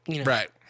Right